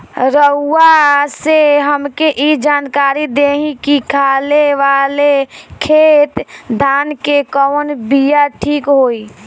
रउआ से हमके ई जानकारी देई की खाले वाले खेत धान के कवन बीया ठीक होई?